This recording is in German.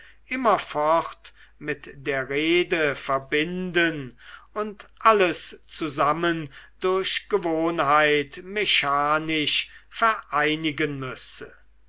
immerfort mit der rede verbinden und alles zusammen durch gewohnheit mechanisch vereinigen müsse